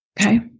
Okay